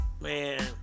Man